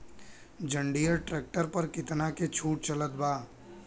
जंडियर tractor पर कितना के छूट चलत बा?